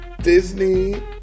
Disney